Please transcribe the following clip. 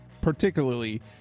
particularly